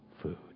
food